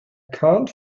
can’t